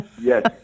Yes